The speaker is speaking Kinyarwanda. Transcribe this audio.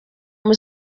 myr